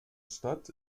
stadt